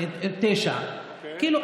כאילו,